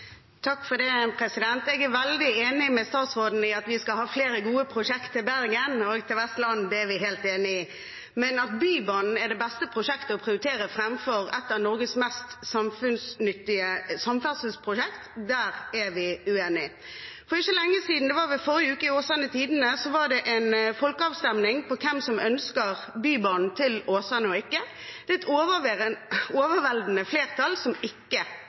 Jeg er veldig enig med statsråden i at vi skal ha flere gode prosjekter i Bergen og Vestland. Det er vi helt enige om. Men at Bybanen er det beste prosjektet å prioritere framfor et av Norges mest samfunnsnyttige samferdselsprosjekter – der er vi uenige. For ikke lenge siden, det var vel i forrige uke, var det i Åsane Tidende en folkeavstemming på om man ønsker Bybanen til Åsane eller ikke. Det er et overveldende flertall som ikke